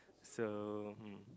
so um